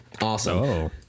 Awesome